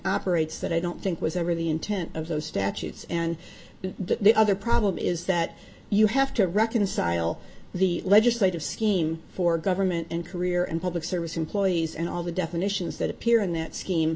operates that i don't think was ever the intent of those statutes and that the other problem is that you have to reconcile the legislative scheme for government and career and public service employees and all the definitions that appear in that scheme